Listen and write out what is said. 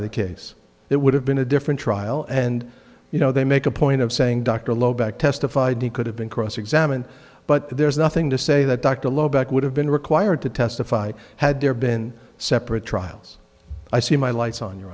of the case it would have been a different trial and you know they make a point of saying dr low back testified he could have been cross examined but there's nothing to say that dr low back would have been required to testify had there been separate trials i see my lights on your